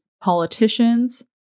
politicians